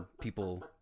people